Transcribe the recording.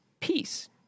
peace